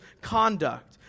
conduct